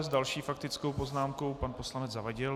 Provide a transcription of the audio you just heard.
S další faktickou poznámkou pan poslanec Zavadil.